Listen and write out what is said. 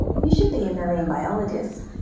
you should be a marine biologist.